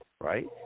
right